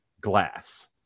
glass